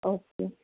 okay